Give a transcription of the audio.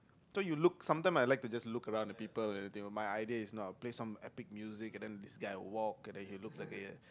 so you look sometime I like to just look around at people everything my idea is not play some epic music and then this guy will walk and then he will look like a